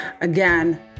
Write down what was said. Again